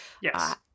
Yes